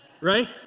Right